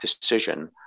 decision